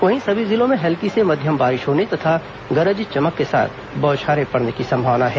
वहीं सभी जिलों में हल्की से मध्यम बारिश होने तथा गरज चमक के साथ बौछारें पड़ने की संभावना है